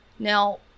Now